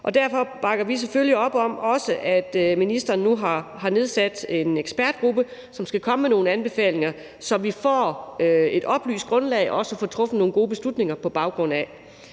Derfor bakker vi selvfølgelig også op om, at ministeren nu har nedsat en ekspertgruppe, som skal komme med nogle anbefalinger, så vi kan træffe nogle gode beslutninger på et